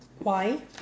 why